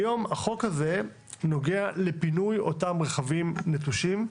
היום הצעת החוק הזאת נוגעת לפינוי אותם רכבים נטושים.